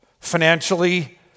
financially